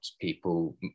people